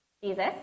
Jesus